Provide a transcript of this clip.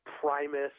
Primus